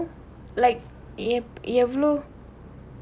என்ன பண்ணனும்:enna pannanum like yup எவ்ளோ:evlo